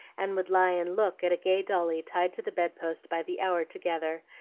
and would lie and look at a gay dolly tied to the bedpost by the hour together,